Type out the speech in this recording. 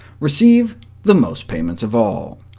receive the most payments of all.